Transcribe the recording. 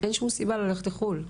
אין שום סיבה ללכת לחו"ל.